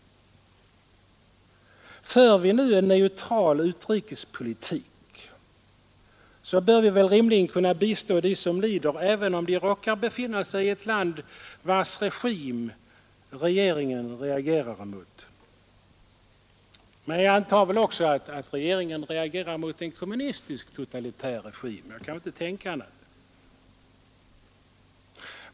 För vi nu en neutral utrikespolitik, så bör vi väl rimligen kunna bistå dem som lider även om de råkar befinna sig i ett land vars regim regeringen reagerar mot. Men jag antar att regeringen också har anledning att reagera mot en kommunistiskt totalitär regim — jag kan inte tänka mig annat.